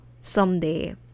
someday